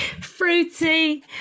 fruity